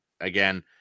again